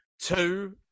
Two